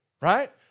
Right